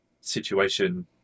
situation